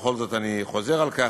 בכל זאת אני חוזר על כך,